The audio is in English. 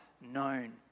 known